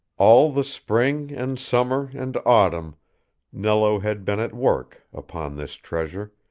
all the spring and summer and autumn nello had been at work upon this treasure,